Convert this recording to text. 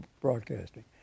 broadcasting